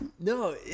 No